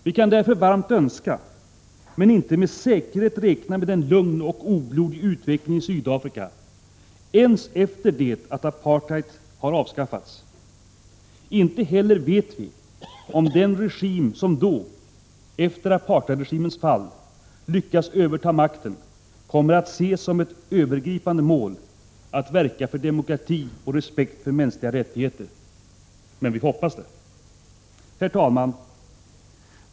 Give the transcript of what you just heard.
Vi kan därför varmt önska, men inte med säkerhet räkna med en lugn och oblodig utveckling i Sydafrika, inte ens efter det att apartheid har avskaffats. Inte heller vet vi om den regim som då, efter apartheidregimens fall, lyckas överta makten kommer att se som ett övergripande mål att verka för demokrati och respekt för mänskliga rättigheter. Men vi hoppas det. Herr talman!